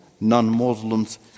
non-Muslims